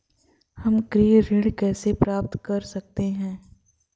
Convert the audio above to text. हम गृह ऋण कैसे प्राप्त कर सकते हैं?